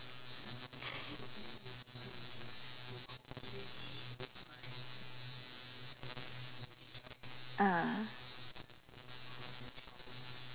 ah